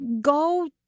go